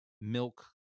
milk